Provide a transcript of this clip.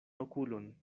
okulon